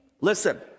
Listen